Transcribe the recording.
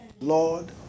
Lord